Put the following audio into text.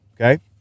okay